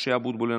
משה אבוטבול,